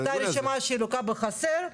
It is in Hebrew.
זו הייתה רשימה שלוקה בחסר.